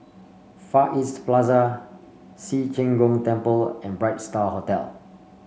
Far East Plaza Ci Zheng Gong Temple and Bright Star Hotel